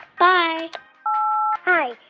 bye hi.